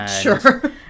Sure